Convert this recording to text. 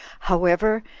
however,